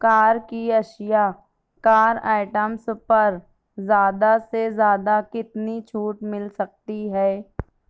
کار کی اشیاء car items پر زیادہ سے زیادہ کتنی چھوٹ مل سکتی ہے